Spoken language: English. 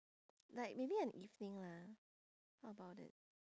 like maybe an evening lah how about it